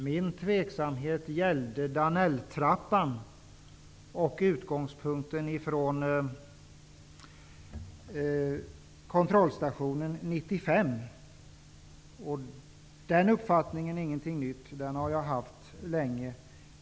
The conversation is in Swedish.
Min tveksamhet gällde Danelltrappan och kontrollstationen 1995. Den uppfattningen är inte ny. Den har jag haft länge.